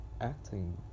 acting